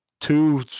two